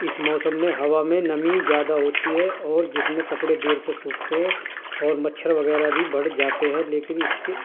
اس موسم میں ہوا میں نمی زیادہ ہوتی ہے اور جس میں کپڑے دیر سے سوکھتے ہیں اور مچھر وغیرہ بھی بڑھ جاتے ہیں لیکن اس کے